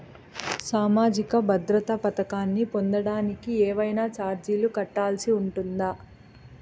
సామాజిక భద్రత పథకాన్ని పొందడానికి ఏవైనా చార్జీలు కట్టాల్సి ఉంటుందా?